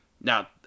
Now